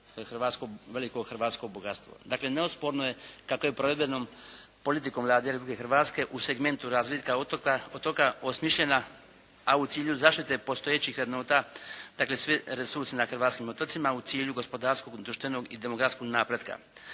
veliko hrvatsko bogatstvo. Dakle neosporno je kako je provedbenom politikom Vlade Republike Hrvatske u segmentu razvitka otoka osmišljena, a u cilju zaštite postojećih vrednota, dakle svi resursi na hrvatskim otocima u cilju gospodarskog, društvenog i demografskog napretka.